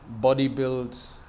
bodybuild